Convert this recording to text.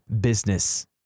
business